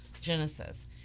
genesis